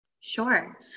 Sure